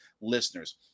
listeners